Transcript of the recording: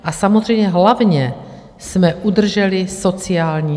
A samozřejmě, hlavně jsme udrželi sociální smír.